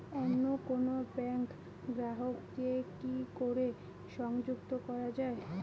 অন্য কোনো ব্যাংক গ্রাহক কে কি করে সংযুক্ত করা য়ায়?